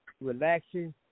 relaxing